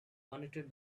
connected